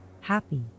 happy